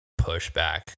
pushback